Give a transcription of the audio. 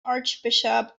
archbishop